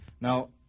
Now